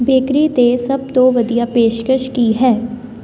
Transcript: bakery 'ਤੇ ਸਭ ਤੋਂ ਵਧੀਆ ਪੇਸ਼ਕਸ਼ ਕੀ ਹੈ